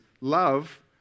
love